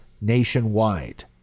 nationwide